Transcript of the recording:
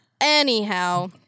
Anyhow